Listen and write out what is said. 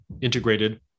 integrated